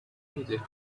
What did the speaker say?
music